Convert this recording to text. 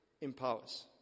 empowers